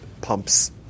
pumps